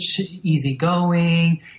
easygoing